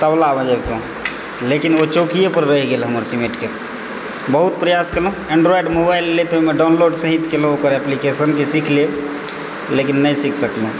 तबला बजैबितहुँ लेकिन ओ चौकियो पर रहि गेल हमर सिमटिके बहुत प्रयास केलहुँ एंड्राइड मोबाइल लेलियै तऽ ओहिमे डाउनलोड सहित केलहुँ ओकर एप्लीकेशन कि सीख लेब लेकिन नहि सीख सकलहुँ